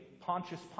Pontius